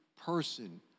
person